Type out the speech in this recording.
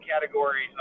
category